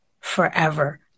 forever